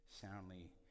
soundly